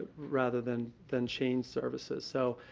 rather than than chain services. so,